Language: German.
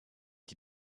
die